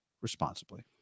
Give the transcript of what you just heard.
responsibly